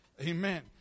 Amen